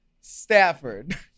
Stafford